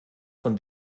von